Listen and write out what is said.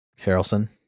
Harrelson